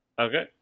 Okay